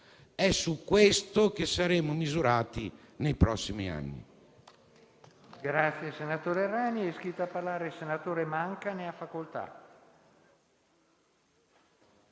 È su questo che saremo misurati nei prossimi anni.